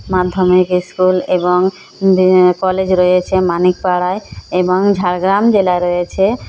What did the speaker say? মাধ্যমিক স্কুল এবং কলেজ রয়েছে মানিক পাড়ায় এবং ঝাড়গ্রাম জেলায় রয়েছে